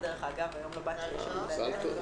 דרך אגב היום לבת שלי יש יום הולדת.